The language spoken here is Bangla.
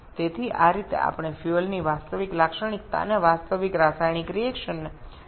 সুতরাং এইভাবে আমরা জ্বালানীর প্রকৃত বৈশিষ্ট্য এবং আসল রাসায়নিক প্রতিক্রিয়া বিবেচনা করতে পারি